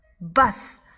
Bus